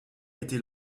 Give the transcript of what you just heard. était